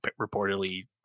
reportedly